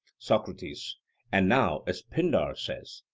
socrates and now, as pindar says,